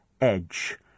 Edge